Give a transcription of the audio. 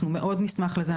אנחנו מאוד נשמח לזה.